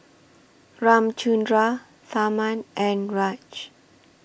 Ramchundra Tharman and Raj